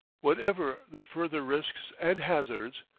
whatever the further risks and hazards,